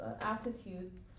attitudes